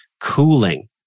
cooling